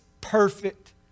perfect